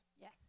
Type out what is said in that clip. Yes